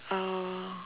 uh